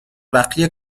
بقیه